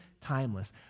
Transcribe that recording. timeless